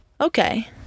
okay